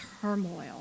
turmoil